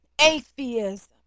Atheism